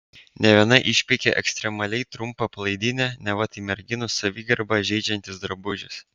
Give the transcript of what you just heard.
ne viena išpeikė ekstremaliai trumpą palaidinę neva tai merginų savigarbą žeidžiantis drabužis